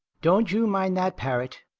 don't you mind that parrot,